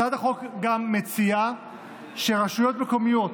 הצעת החוק גם מציעה שרשויות מקומיות